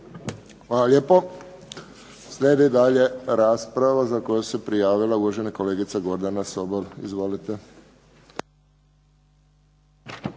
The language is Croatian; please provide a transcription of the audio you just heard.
Hvala lijepo. Slijedi dalje rasprava za koju se prijavila uvažena kolegica Gordana Sobol. **Sobol,